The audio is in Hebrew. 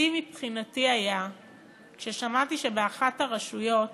השיא מבחינתי היה כששמעתי שבאחת הרשויות